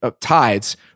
tides